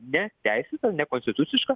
neteisėta nekonstituciška